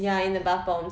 ya in the bath bombs